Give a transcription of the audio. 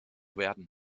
werden